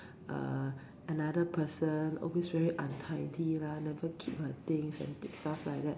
uh another person always very untidy lah never keep her things and stuff like that